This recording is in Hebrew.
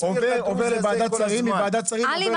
להסביר -- מוועדת שרים עובר לפה -- עלי,